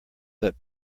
that